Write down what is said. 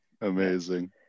Amazing